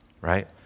right